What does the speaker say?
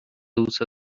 usa